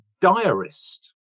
diarist